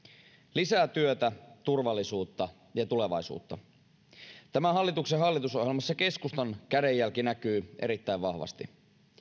lisää työtä turvallisuutta ja tulevaisuutta tämän hallituksen hallitusohjelmassa keskustan kädenjälki näkyy erittäin vahvasti